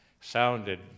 sounded